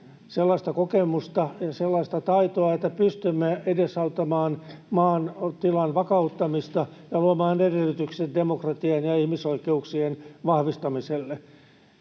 sellaista kokemusta ja sellaista taitoa, että pystymme edesauttamaan maan tilan vakauttamista ja luomaan edellytykset demokratian ja ihmisoikeuksien vahvistamiselle.